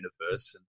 universe